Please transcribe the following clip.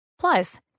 Plus